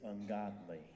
ungodly